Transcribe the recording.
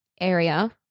area